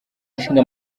ishinga